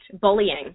bullying